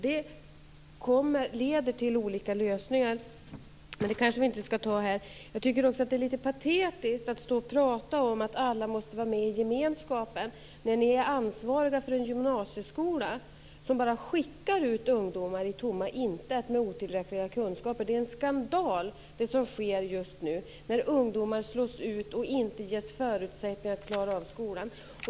Det leder till olika lösningar. Men det kanske vi inte skall ta upp nu. Jag tycker också att det är litet patetiskt att Ingegerd Wärnersson står och talar om att alla måste vara med i gemenskapen när Socialdemokraterna är ansvariga för en gymnasieskola som bara skickar ut ungdomar i tomma intet med otillräckliga kunskaper. Det är en skandal det som sker just nu, när ungdomar slås ut och inte ges förutsättningar att klara av skolan.